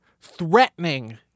threatening